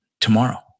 tomorrow